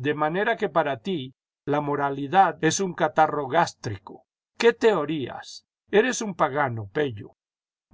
jde manera que para ti la moralidad es un catarro gástrico iqué teoríasl eres un pagano pello